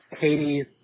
hades